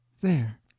There